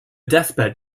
deathbed